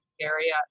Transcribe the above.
area